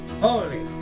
holy